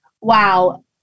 Wow